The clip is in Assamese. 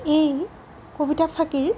এই কবিতাফাঁকিৰ